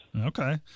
Okay